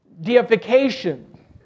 deification